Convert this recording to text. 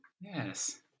yes